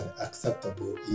acceptable